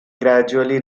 gradually